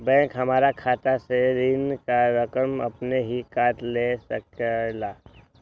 Bank हमार खाता से ऋण का रकम अपन हीं काट ले सकेला?